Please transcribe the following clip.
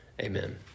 Amen